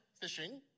fishing